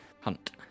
Hunt